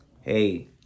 Hey